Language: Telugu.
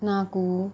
నాకు